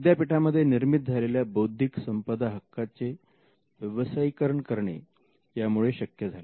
विद्यापीठामध्ये निर्मित झालेल्या बौद्धिक संपदा हक्कांचे व्यवसायीकरण करणे यामुळे शक्य झाले